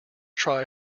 try